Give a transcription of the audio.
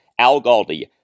AlGaldi